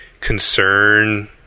concern